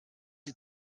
sie